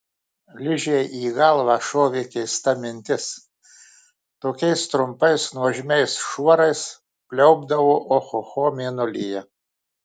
ližei į galvą šovė keista mintis tokiais trumpais nuožmiais šuorais pliaupdavo ohoho mėnulyje